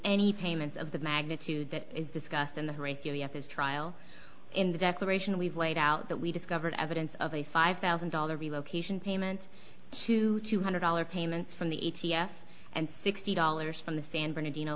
any payments of the magnitude that is discussed in the radio yet his trial in the declaration we've laid out that we discovered evidence of a five thousand dollars relocation payment to two hundred dollars payments from the a t f and sixty dollars from the san bernardino